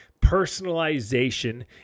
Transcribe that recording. personalization